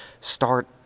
start